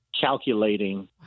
calculating